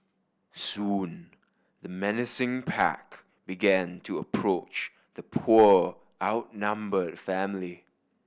soon the menacing pack began to approach the poor outnumbered family